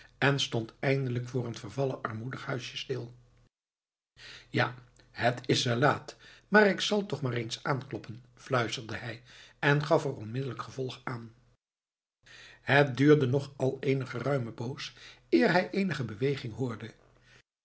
en stond eindelijk voor een vervallen armoedig huisje stil ja het is wel laat maar ik zal toch maar eens aankloppen fluisterde hij en gaf er onmiddellijk gevolg aan het duurde nog al eene geruime poos eer hij eenige beweging hoorde